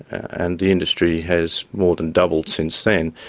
and the industry has more than doubled since then.